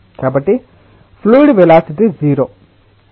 కాబట్టిఫ్లూయిడ్ velocity 0